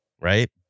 Right